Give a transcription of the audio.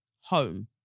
Home